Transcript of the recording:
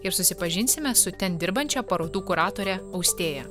ir susipažinsime su ten dirbančia parodų kuratore austėja